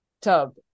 tub